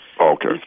Okay